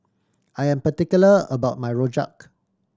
I am particular about my rojak